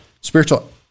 spiritual